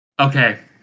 Okay